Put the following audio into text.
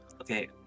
Okay